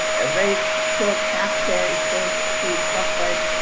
a very short chapter it says to prophet,